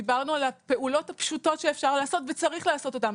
דיברנו על הפעולות הפשוטות שאפשר לעשות וצריך לעשות אותן.